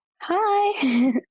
Hi